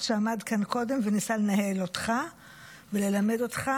שעמד כאן קודם וניסה לנהל אותך וללמד אותך.